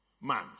man